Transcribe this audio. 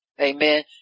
Amen